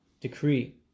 decree